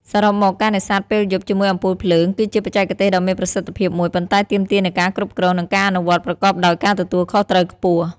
សរុបមក ការនេសាទពេលយប់ជាមួយអំពូលភ្លើង គឺជាបច្ចេកទេសដ៏មានប្រសិទ្ធភាពមួយ ប៉ុន្តែទាមទារនូវការគ្រប់គ្រង និងការអនុវត្តប្រកបដោយការទទួលខុសត្រូវខ្ពស់។